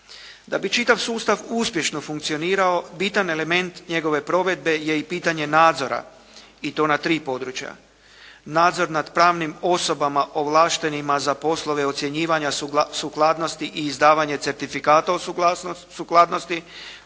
Da bi čitav sustav uspješno funkcionirao bitan element njegove provedbe je i pitanje nadzora i to na tri područja. Nadzor nad pravnim osobama ovlaštenima za poslove ocjenjivanja sukladnosti i izdavanje certifikata o sukladnosti